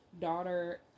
daughter